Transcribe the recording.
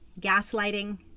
gaslighting